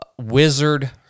wizard